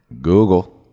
Google